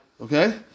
Okay